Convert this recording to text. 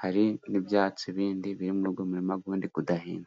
hari n'ibyatsi bindi biri muri uwo murima wundi udahinze.